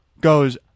goes